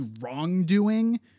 wrongdoing